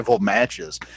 matches